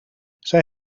zij